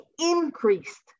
increased